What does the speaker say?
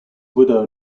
widow